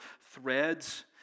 threads